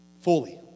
Fully